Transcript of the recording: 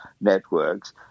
networks